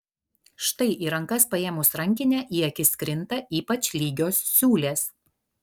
štai į rankas paėmus rankinę į akis krinta ypač lygios siūlės